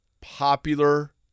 popular